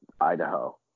Idaho